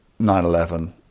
911